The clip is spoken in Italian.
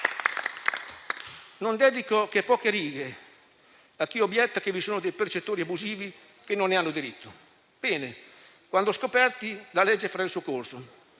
Non dedico che poche righe a chi obietta che vi sono dei percettori abusivi che non ne hanno diritto. Bene, quando scoperti, la legge farà il suo corso.